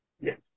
Yes